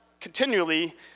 continually